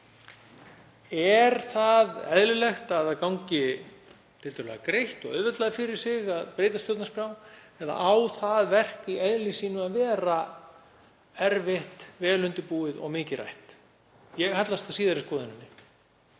Er eðlilegt að það gangi tiltölulega greitt og auðveldlega fyrir sig að breyta stjórnarskrá eða á það verk í eðli sínu að vera erfitt, vel undirbúið og mikið rætt? Ég hallast að síðari skoðuninni,